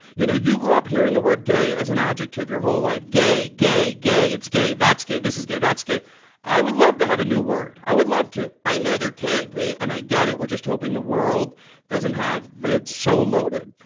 you know you grow up hearing the word gay as an adjective your whole life, gay, gay, gay, it's gay, that's gay, this is gay, i would love to have a new word. i would love to. i know there can be, and i get it, we're just hoping the world doesn't have. but it's so loaded.